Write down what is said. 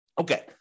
Okay